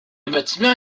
bâtiment